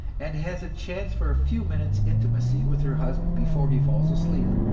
and has a chance for a few minutes' intimacy with her husband before he falls asleep.